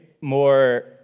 more